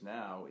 now